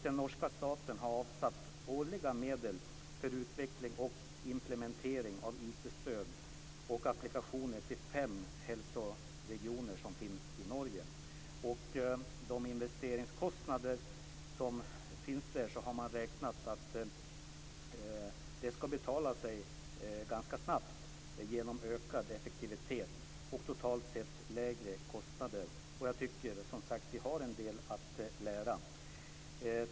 Den norska staten har avsatt årliga medel för utveckling och implementering av IT-stöd och applikationer i de fem hälsoregioner som finns i Norge. Man har beräknat att investeringskostnaderna ska betala sig ganska snabbt genom ökad effektivitet och totalt sett lägre kostnader. Jag tycker, som sagt, att vi har en del att lära.